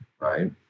Right